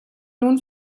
nun